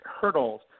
hurdles